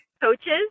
coaches